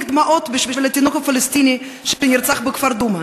דמעות בשביל התינוק הפלסטיני שנרצח בכפר דומא.